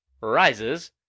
Rises